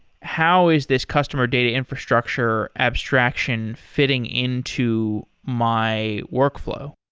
how is this customer data infrastructure abstraction fitting into my workflow?